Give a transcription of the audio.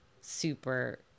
super